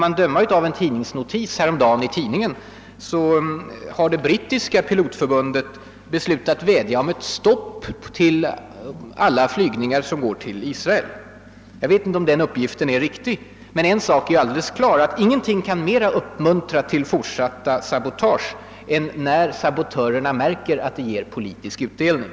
Att döma av en tidningsnotis häromdagen har det brittiska pilotförbundet beslutat vädja om ett stopp för alla flygningar till Israel. Jag vet inte om denna uppgift är riktig. Men en sak är helt klar, nämligen att inget kan mera uppmuntra till fortsatta sabotage än att sabotörerna märker att de ger politisk utdelning.